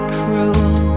cruel